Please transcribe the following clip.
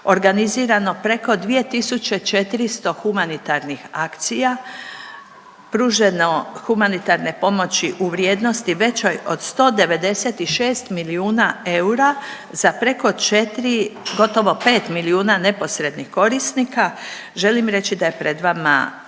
organizirano preko 2.400 humanitarnih akcija pruženo humanitarne pomoći u vrijednosti većoj od 196 milijuna eura za preko četri gotovo pet milijuna neposrednih korisnika. Želim reći da je pred vama